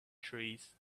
trees